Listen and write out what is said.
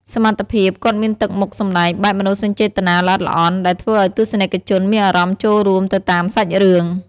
សមត្ថភាព គាត់មានទឹកមុខសម្ដែងបែបមនោសញ្ចេតនាល្អិតល្អន់ ដែលធ្វើឱ្យទស្សនិកជនមានអារម្មណ៍ចូលរួមទៅតាមសាច់រឿង។